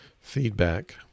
Feedback